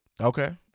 Okay